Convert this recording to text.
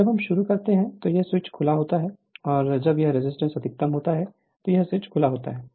और जब हम शुरू करते हैं तो यह स्विच खुला होता है और जब यह रजिस्टेंस अधिकतम होता है तो यह स्विच खुला होता है